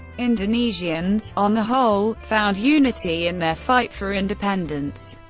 indonesians, on the whole, found unity in their fight for independence.